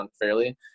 unfairly